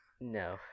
no